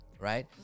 right